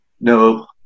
no